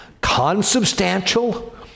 consubstantial